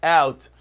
out